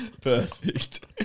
Perfect